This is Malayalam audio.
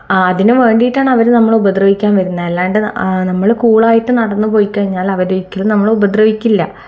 ആ അതിന് വേണ്ടീട്ടാണ് അവർ നമ്മളെ ഉപദ്രവിക്കാൻ വരുന്നത് അല്ലാണ്ട് നമ്മൾ കൂളായിട്ട് നടന്ന് പോയി കഴിഞ്ഞാൽ അവർ ഒരിക്കലും നമ്മളെ ഉപദ്രവിക്കില്ല